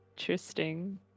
Interesting